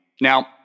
Now